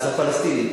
אז הפלסטינים,